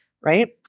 right